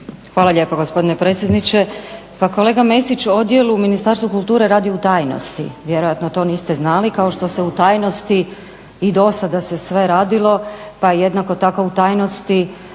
Hvala lijepo gospodine predsjedniče. Pa kolega Mesiću odjel u Ministarstvu kulture radi u tajnosti, vjerojatno to niste znali kao što se u tajnosti i do sada se sve radilo pa jednako tako u tajnosti